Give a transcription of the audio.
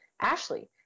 Ashley